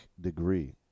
degree